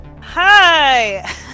Hi